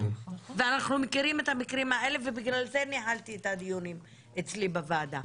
ואנחנו מכירים את המקרים האלה ובגלל זה ניהלתי את הדיונים אצלי בוועדה,